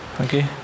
Okay